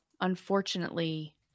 Unfortunately